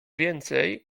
więcej